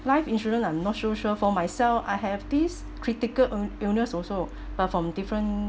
life insurance I'm not so sure for myself I have this critical ill~ illness also but from different